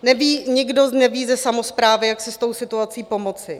Neví nikdo, neví ze samosprávy, jak si s tou situací pomoci.